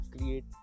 create